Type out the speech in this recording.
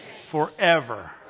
forever